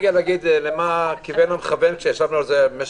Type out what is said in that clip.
בבקשה.